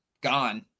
gone